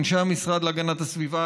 אנשי המשרד להגנת הסביבה,